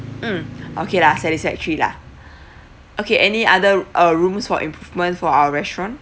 mm okay lah satisfactory lah okay any other uh rooms for improvement for our restaurant